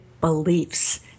beliefs